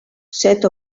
set